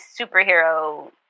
superhero